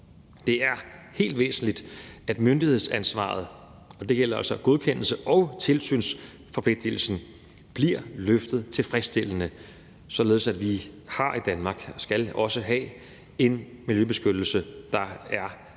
Det er helt væsentligt, at myndighedsansvaret, og det gælder så både godkendelses- og tilsynsforpligtelsen, bliver løftet tilfredsstillende, således at vi i Danmark har – og det skal vi også have – en miljøbeskyttelse, der er